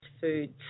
foods